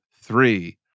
three